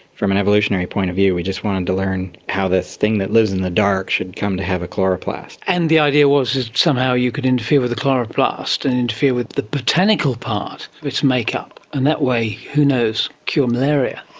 from an evolutionary point of view we just wanted to learn how this thing that lives in the dark should come to have a chloroplast. and the idea was if somehow you could interfere with the chloroplast and interfere with the botanical part of its make up and that way, who knows, cure malaria.